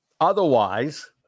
Otherwise